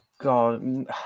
God